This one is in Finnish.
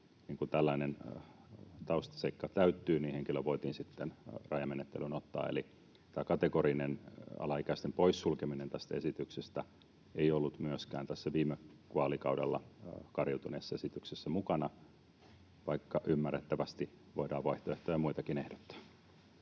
kun tällainen taustaseikka täyttyy — niin henkilö voidaan sitten rajamenettelyyn ottaa. Eli tämä kategorinen alaikäisten poissulkeminen tästä esityksestä ei ollut myöskään tässä viime vaalikaudella kariutuneessa esityksessä mukana, vaikka ymmärrettävästi voidaan muitakin vaihtoehtoja ehdottaa.